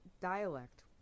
dialect